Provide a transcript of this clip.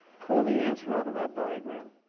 pull the answer out of that diagram?